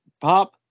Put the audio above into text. pop